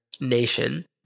Nation